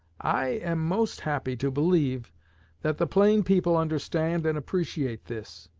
i am most happy to believe that the plain people understand and appreciate this.